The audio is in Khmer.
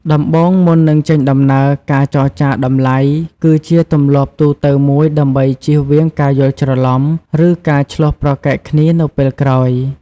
ដំបូង មុននឹងចេញដំណើរ ការចរចាតម្លៃ គឺជាទម្លាប់ទូទៅមួយដើម្បីជៀសវាងការយល់ច្រឡំ ឬការឈ្លោះប្រកែកគ្នានៅពេលក្រោយ។